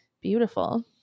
beautiful